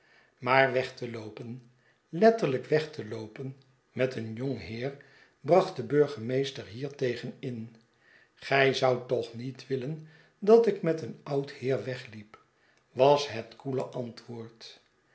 maar weg te loopen letterlijk weg te loopen met een jong heeri bracht de burgemeester biertegen in gij zoudt toch niet willen dat ik met een oud heer wegliep was het koele antwoord